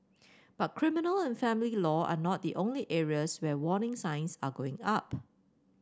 but criminal and family law are not the only areas where warning signs are going up